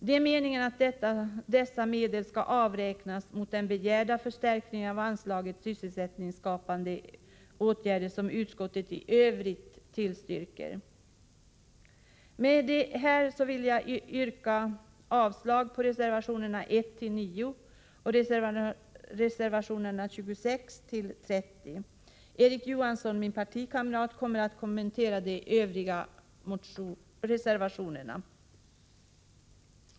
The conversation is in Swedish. Det är meningen att dessa medel skall avräknas mot den begärda förstärkningen av anslaget Sysselsättningsskapande åtgärder, som utskottet i övrigt tillstyrker. Med detta vill jag yrka avslag på reservationerna 1-9 och reservationerna 26-30. Min partikamrat Erik Johansson kommer att kommentera de övriga reservationerna.